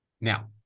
Now